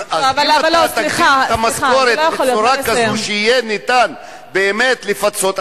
למה שלא תגדיל את המשכורת בצורה כזאת שיהיה ניתן באמת לפצות?